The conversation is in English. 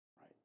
right